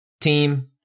team